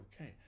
okay